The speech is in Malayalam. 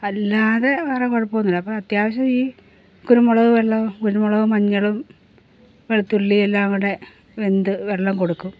അല്ലാതെ വേറെ കുഴപ്പം ഒന്നും ഇല്ല അപ്പം അത്യാവശ്യം ഈ കുരുമുളക് വെള്ളവും കുരുമുളകും മഞ്ഞളും വെളുത്തുള്ളിയും എല്ലാം കൂടെ വെന്ത് വെള്ളം കൊടുക്കും